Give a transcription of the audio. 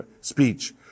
speech